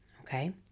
okay